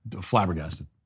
flabbergasted